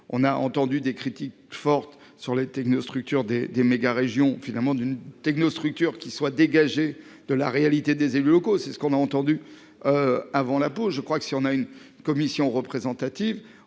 on a entendu des critiques fortes sur la technostructure des des méga- régions finalement d'une technostructure qui soit dégagé de la réalité des élus locaux, c'est ce qu'on a entendu. Avant la pause. Je crois que si on a une commission représentative.